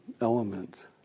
element